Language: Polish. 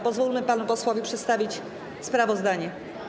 Pozwólmy panu posłowi przedstawić sprawozdanie.